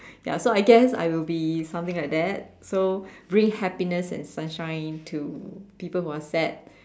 ya so I guess I would be something like that so bring happiness and sunshine to people who are sad